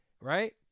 Right